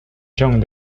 jung